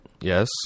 Yes